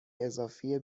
اضافی